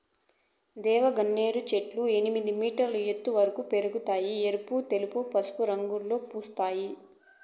దేవగన్నేరు చెట్లు ఎనిమిది మీటర్ల ఎత్తు వరకు పెరగుతాయి, ఎరుపు, తెలుపు, పసుపు రంగులలో పూస్తాయి